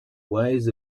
ways